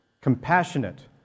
compassionate